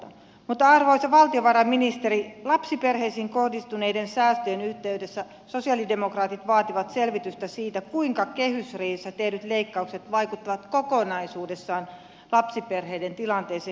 mutta arvoisa valtiovarainministeri lapsiperheisiin kohdistuneiden säästöjen yhteydessä sosialidemokraatit vaativat selvitystä siitä kuinka kehysriihessä tehdyt leikkaukset vaikuttavat kokonaisuudessaan lapsiperheiden tilanteeseen